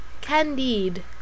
Candide